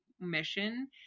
mission